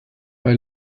bei